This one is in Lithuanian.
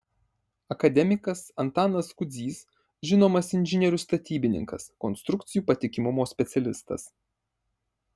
akademikas antanas kudzys žinomas inžinierius statybininkas konstrukcijų patikimumo specialistas